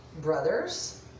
brothers